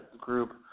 group